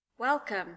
Welcome